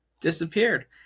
disappeared